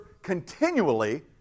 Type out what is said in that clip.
continually